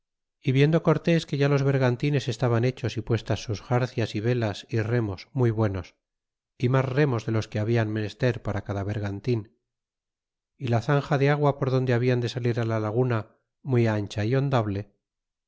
é viendo cortés que ya los vergantines estaban hechos y puestas sus xarcias y velas y remos muy buenos y mas remos de los que habian menester para cada vergantin y la zanja de agua por donde hablan de salir la laguna muy ancha é hondable